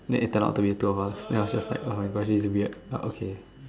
then turned out to be two of us then I was just like [oh]-my-god this is weird uh okay